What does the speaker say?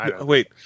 Wait